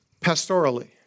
pastorally